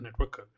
networker